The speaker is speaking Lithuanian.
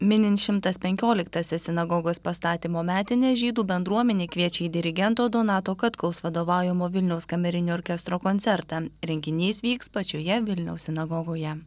minint šimtas penkioliktąsias sinagogos pastatymo metines žydų bendruomenė kviečia į dirigento donato katkaus vadovaujamo vilniaus kamerinio orkestro koncertą renginys vyks pačioje vilniaus sinagogoje